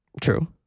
True